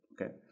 okay